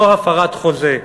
זו הפרת חוזה.